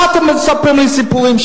מה אתם מספרים לי סיפורים,